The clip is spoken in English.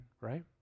right